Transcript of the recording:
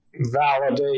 validate